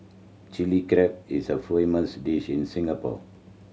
Chilli Crab is a famous dish in Singapore